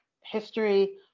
history